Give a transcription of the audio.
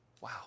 wow